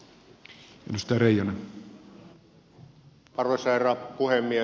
arvoisa herra puhemies